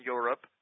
Europe